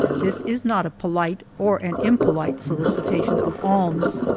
this is not a polite or an impolite solicitation of alms.